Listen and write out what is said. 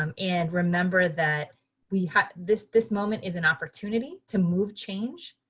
um and remember that we have this this moment is an opportunity to move change,